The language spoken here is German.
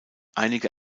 einige